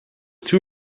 too